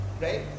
right